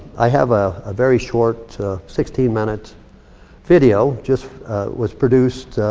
i have a very short sixteen minute video, just was produced.